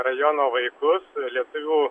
rajono vaikus lietuvių